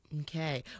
okay